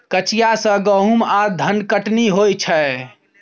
कचिया सँ गहुम आ धनकटनी होइ छै